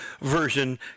version